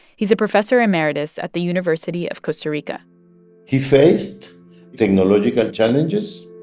he's a professor emeritus at the university of costa rica he faced technological challenges,